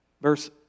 Verse